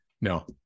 no